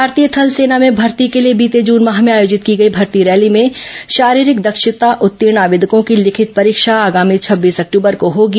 भारतीय थल सेना में भर्ती के लिए बीते जून माह में आयोजित की गई भर्ती रैली में शारीरिक दक्षता उत्तीर्ण आवेदकों की लिखित परीक्षा आगामी छब्बीस अक्टूबर को होगी